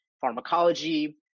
pharmacology